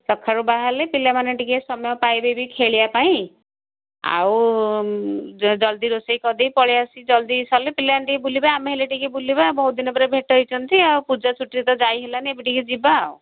ସକାଳୁ ବାହାରିଲେ ପିଲାମାନେ ଟିକେ ସମୟ ପାଇବେ ବି ଖେଳିବା ପାଇଁ ଆଉ ଯେ ଜଲଦି ରୋଷେଇ କରିଦେଇ ପଳେଇ ଆସି ଜଲଦି ସରିଲେ ପିଲାମାନେ ଟିକେ ବୁଲିବେ ଆମେ ହେଲେ ଟିକେ ବୁଲିବା ବହୁତ ଦିନ ପରେ ଭେଟ ହୋଇଛନ୍ତି ଆଉ ପୂଜା ଛୁଟିରେ ତ ଯାଇ ହେଲାନି ଏବେ ଟିକେ ଯିବା ଆଉ